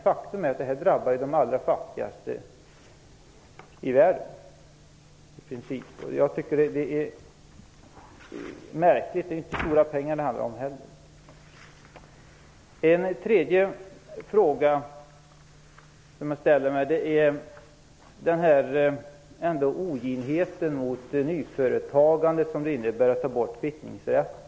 Faktum är att detta drabbar i princip de allra svagaste i världen. Jag tycker det är märkligt. Det handlar inte om så stora pengar heller. En tredje fråga jag ställer mig handlar om den oginhet emot nyföretagare som det innebär att ta bort kvittningsrätten.